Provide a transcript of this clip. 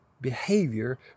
behavior